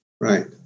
Right